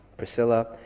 Priscilla